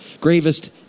gravest